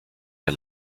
der